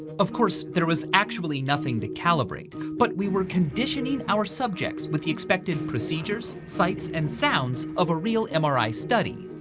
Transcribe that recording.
of course, there was actually nothing to calibrate, but we were conditioning our subjects with the expected procedures, sights and sounds of a real mri study.